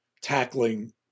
tackling